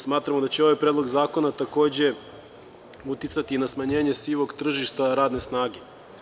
Smatramo da će ovaj Predlog zakona, takođe, uticati i na smanjenje sivog tržišta radne snage.